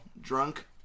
drunk